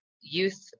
youth